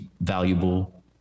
valuable